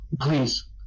Please